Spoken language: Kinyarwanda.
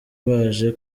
baje